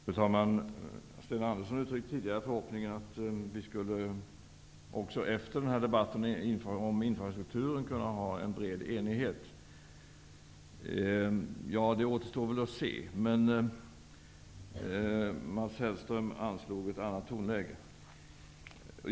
Fru talman! Sten Andersson uttryckte tidigare förhoppningen att vi även efter debatten om infrastrukturen skulle kunna ha en bred enighet. Det återstår att se. Mats Hellström anslog ett annat tonläge.